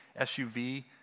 SUV